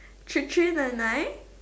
three three nine nine